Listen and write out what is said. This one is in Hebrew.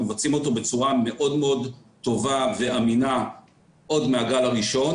מבצעים אותו בצורה מאוד מאוד טובה ואמינה עוד מהגל הראשון,